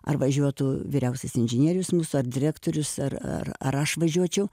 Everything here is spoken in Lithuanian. ar važiuotų vyriausias inžinierius mūsų ar direktorius ar ar ar aš važiuočiau